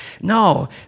no